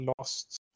lost